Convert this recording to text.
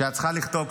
שאת צריכה לכתוב,